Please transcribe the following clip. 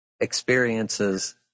experiences